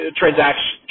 transaction